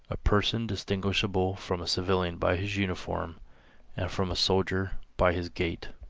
a person distinguishable from a civilian by his uniform and from a soldier by his gait.